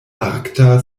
arkta